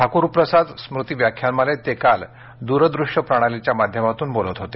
ठाकूर प्रसाद स्मृती व्याख्यानमालेत ते काल दूरदृष्य प्रणालीच्या माध्यमातून बोलत होते